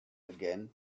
again